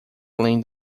além